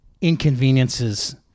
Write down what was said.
inconveniences